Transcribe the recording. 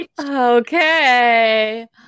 okay